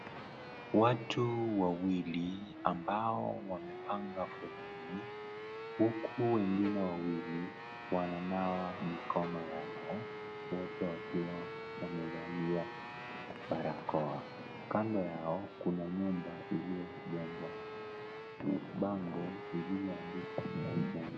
Watu wawili ambao wamepanga foleni, huku wengine wawili wananawa mikono yao wote wakiwa wamevalia barakoa, kando yao kuna nyumba iliojengwa bango lililoandikwa Agent .